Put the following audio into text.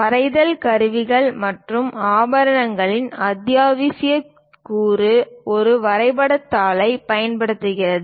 வரைதல் கருவிகள் மற்றும் ஆபரணங்களில் அத்தியாவசிய கூறு ஒரு வரைபட தாளைப் பயன்படுத்துகிறது